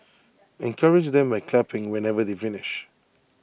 encourage them by clapping whenever they finish